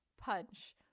punch